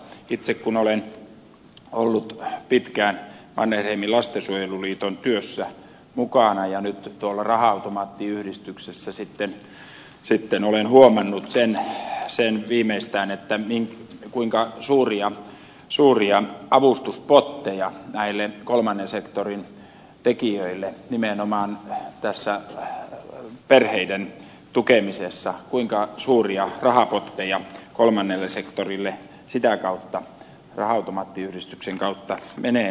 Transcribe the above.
itse olen ollut pitkään mannerheimin lastensuojeluliiton työssä mukana ja nyt raha automaattiyhdistyksessä olen huomannut sen viimeistään kuinka suuria avustuspotteja näille kolmannen sektorin tekijöille nimenomaan perheiden tukemisessa kuinka suuria rahapotin ja kolmannelle sektorille sitä kautta raha automaattiyhdistyksen kautta menee